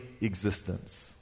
existence